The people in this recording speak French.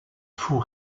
fou